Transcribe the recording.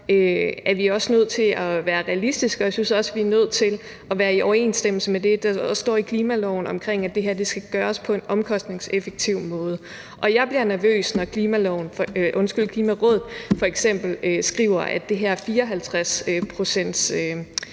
er vi også nødt til at være realistiske, og jeg synes også, vi er nødt til at være i overensstemmelse med det, der står i klimaloven omkring, at det her skal gøres på en omkostningseffektiv måde. Og jeg bliver nervøs, når Klimarådet f.eks. skriver, at det her øvre